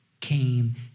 came